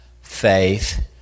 faith